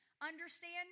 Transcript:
understand